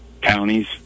counties